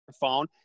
phone